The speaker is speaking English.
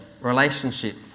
relationship